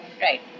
Right